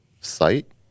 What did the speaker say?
site